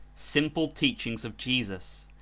simple teach ings of jesus,